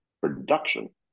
production